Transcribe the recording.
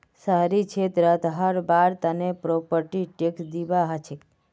शहरी क्षेत्रत रहबार तने प्रॉपर्टी टैक्स दिबा हछेक